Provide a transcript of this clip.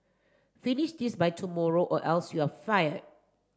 finish this by tomorrow or else you are fired